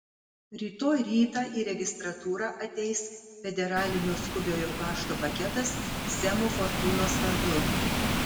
rytoj rytą į registratūrą ateis federalinio skubiojo pašto paketas semo fortūnos vardu